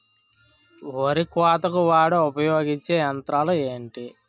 వరి కోతకు వాడే ఉపయోగించే యంత్రాలు ఏంటి?